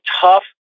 tough